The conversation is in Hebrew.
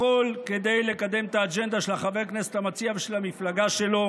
הכול כדי לקדם את האג'נדה של חבר הכנסת המציע ושל המפלגה שלו